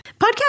Podcast